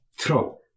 throw